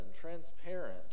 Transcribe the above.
transparent